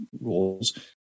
rules